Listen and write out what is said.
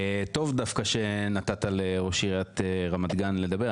טוב שנתת לראש עיריית רמת גן לדבר,